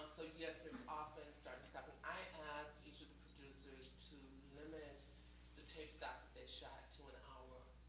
so yet it's often sort of it's often i asked each of the producers to limit the tapes that they shot to an hour.